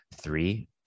three